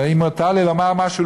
אם מותר לי לומר משהו,